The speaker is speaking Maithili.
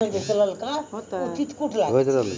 बीज केरो प्रयोगशाला म अंकुरित करि क खेत म रोपलो जाय छै